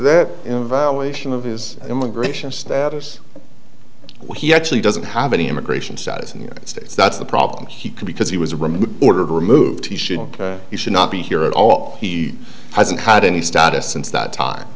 that in violation of his immigration status well he actually doesn't have any immigration size in the united states that's the problem he could because he was removed ordered removed he shouldn't he should not be here at all he hasn't had any status since that time